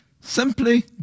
Simply